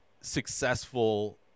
successful